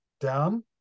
down